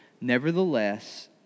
Nevertheless